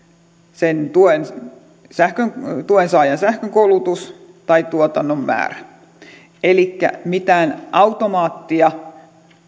sen tuensaajan sähkönkulutus tai tuotannon määrä mitään automaattia